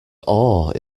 awe